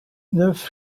neuf